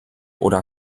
oder